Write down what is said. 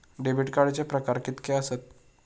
Debit कार्डचे प्रकार कीतके आसत?